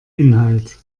inhalt